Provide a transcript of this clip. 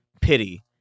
pity